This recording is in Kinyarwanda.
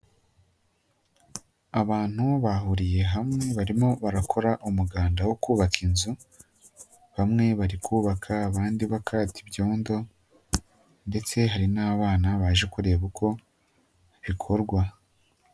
Abantu bahuriye hamwe barimo barakora umuganda wo kubaka inzu, bamwe bari kubaka, abandi bakata ibyondo ndetse hari n'abana baje kureba uko bikorwa.